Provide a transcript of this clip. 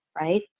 right